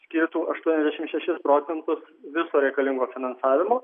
skirtų aštuoniasdešim šešis procentus viso reikalingo finansavimo